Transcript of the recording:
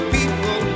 people